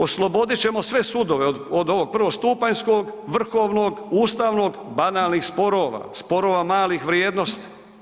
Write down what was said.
Oslobodit ćemo sve sudove, od ovog prvostupanjskog, vrhovnog, ustavnog, banalnih sporova, sporova malih vrijednosti.